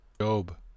Job